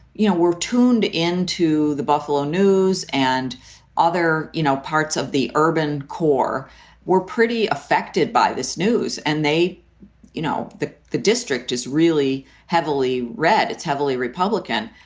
you know, were tuned in to the buffalo news and other, you know, parts of the urban core were pretty affected by this news. and they you know, the the district is really heavily red. it's heavily republican.